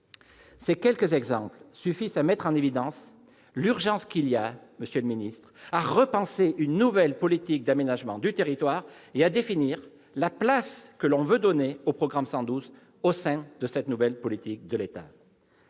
ces quelques exemples suffisent à mettre en évidence l'urgence qu'il y a à repenser une nouvelle politique d'aménagement du territoire et à définir la place que l'on veut donner au programme 112 au sein de cette nouvelle politique de l'État.